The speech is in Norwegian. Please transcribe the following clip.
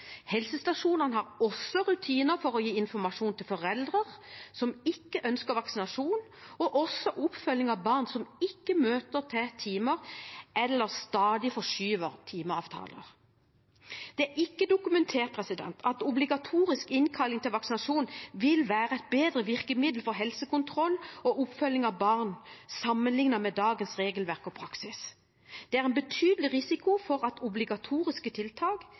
Helsestasjonene har også rutiner for å gi informasjon til foreldre som ikke ønsker vaksinasjon, og også oppfølging av barn som ikke møter til timer eller stadig forskyver timeavtaler. Det er ikke dokumentert at obligatorisk innkalling til vaksinasjon vil være et bedre virkemiddel for helsekontroll og oppfølging av barn sammenlignet med dagens regelverk og praksis. Det er en betydelig risiko for at obligatoriske tiltak